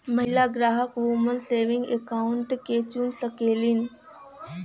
महिला ग्राहक woman saving account क चुन सकलीन